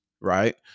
right